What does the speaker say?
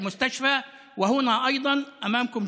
בבית החולים וגם פה לפניכם,